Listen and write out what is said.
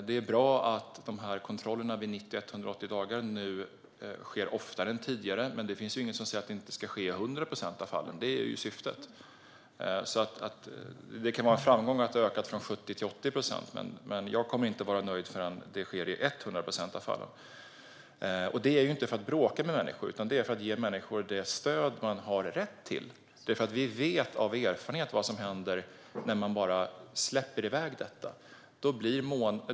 Det är bra att kontrollerna vid 90 och 180 dagar nu sker oftare än tidigare. Men det finns inget som säger att det inte ska ske i 100 procent av fallen - det är syftet. Det kan vara en framgång att det har ökat från 70 till 80 procent, men jag kommer inte att vara nöjd förrän detta sker i 100 procent av fallen. Det är ju inte för att bråka med människor, utan det är för att ge människor det stöd de har rätt till. Vi vet nämligen av erfarenhet vad som händer när man bara släpper iväg detta.